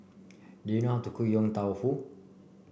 do you know how to cook Yong Tau Foo